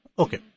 Okay